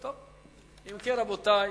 אם כן, רבותי,